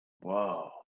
Whoa